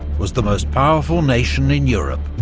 was the most powerful nation in europe.